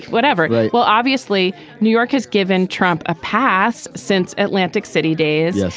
whatever well obviously new york has given trump a pass since atlantic city days. yes.